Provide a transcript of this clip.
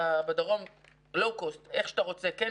ובדרום אין